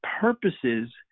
purposes